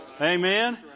Amen